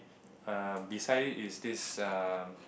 err beside is this um